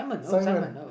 Simon